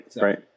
Right